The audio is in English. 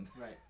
Right